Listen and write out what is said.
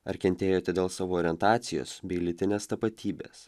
ar kentėjote dėl savo orientacijos bei lytinės tapatybės